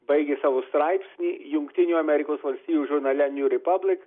baigė savo straipsnį jungtinių amerikos valstijų žurnale niū repablik